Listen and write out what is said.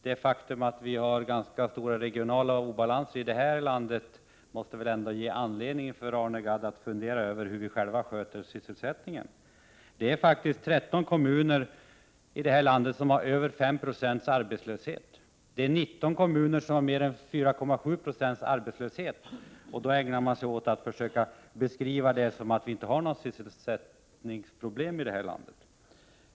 Det faktum att det råder ganska stora regionala obalanser i landet måste väl ändå ge anledning för Arne Gadd att fundera över hur vi sköter sysselsättningen. I 13 av landets kommuner är arbetslösheten över 5 26, och 19 kommuner har mer än 4,7 Io arbetslöshet. Men Arne Gadd ägnar sig åt att beskriva det som att vi inte har några sysselsättningsproblem i det här landet.